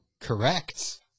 Correct